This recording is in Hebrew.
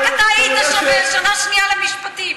רק אתה היית שם בשנה שנייה למשפטים.